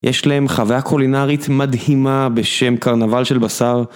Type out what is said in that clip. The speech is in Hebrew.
יש להם חוויה קולינארית מדהימה בשם קרנבל של בשר.